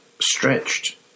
stretched